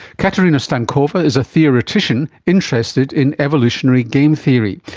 katerina stankova is a theoretician interested in evolutionary game theory.